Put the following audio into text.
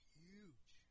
huge